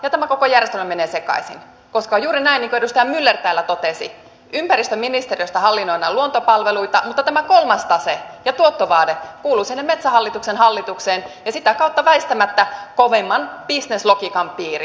ja tämä koko järjestelmä menee sekaisin koska on juuri näin niin kuin edustaja myller täällä totesi että ympäristöministeriöstä hallinnoidaan luontopalveluita mutta tämä kolmas tase ja tuottovaade kuuluvat sinne metsähallituksen hallitukseen ja sitä kautta väistämättä kovemman bisneslogiikan piiriin